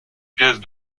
pièces